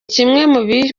kimwe